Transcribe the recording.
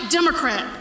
Democrat